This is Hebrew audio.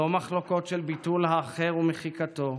לא מחלוקות של ביטול האחר ומחיקתו,